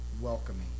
welcoming